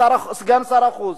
סגן שר החוץ,